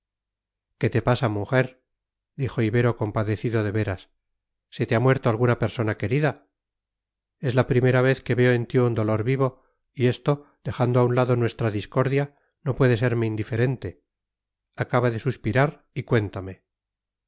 qué te pasa mujer dijo ibero compadecido de veras se te ha muerto alguna persona querida es la primera vez que veo en ti un dolor vivo y esto dejando a un lado nuestra discordia no puede serme indiferente acaba de suspirar y cuéntame